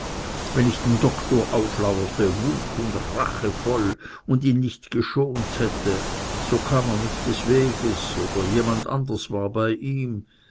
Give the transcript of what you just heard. wenn ich dem doktor auflauerte wut und rache voll und ihn nicht geschont hätte so kam er nicht des weges oder jemand anders war bei ihm